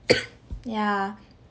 yeah